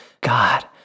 God